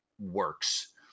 works